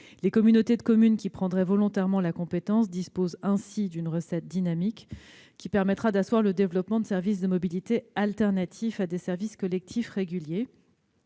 Les communautés de communes qui prendraient volontairement la compétence disposeraient ainsi d'une recette dynamique, permettant d'asseoir le développement de services de mobilité alternatifs à des services collectifs réguliers.